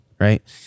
Right